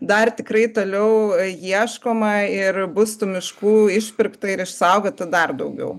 dar tikrai toliau ieškoma ir bus tų miškų iškirpta ir išsaugota dar daugiau